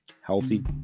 healthy